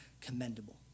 commendable